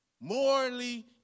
morally